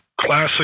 classic